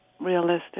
realistic